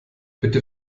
bitte